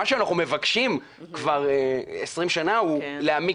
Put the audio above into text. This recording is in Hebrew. מה שאנחנו מבקשים כבר 20 שנה הוא להעמיק